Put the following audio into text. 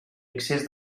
excés